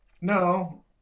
No